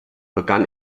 begann